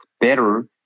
better